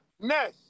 Ness